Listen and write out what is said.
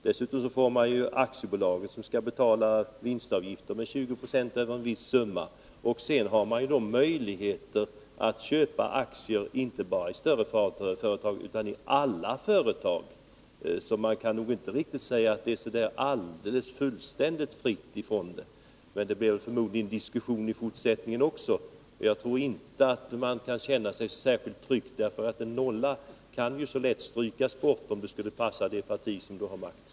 Dessutom skall aktiebolagen betala vinstavgifter med 20 96 över en viss summa, och fonderna skall ha möjligheter att köpa aktier inte bara i större företag utan i alla företag. Man kan alltså inte säga att det är fullständigt fritt från hot mot småföretagen. Det blir förmodligen diskussion i fortsättningen också, och jag trorinte att man kan känna sig särskilt trygg. En nolla kan så lätt strykas bort, om det skulle passa det parti som då har makten.